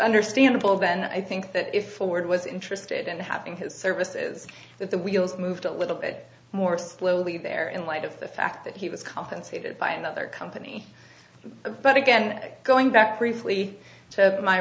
understandable then i think that if ford was interested in having his services that the wheels moved a little bit more slowly there in light of the fact that he was compensated by another company but again going back briefly to my